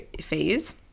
phase